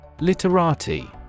Literati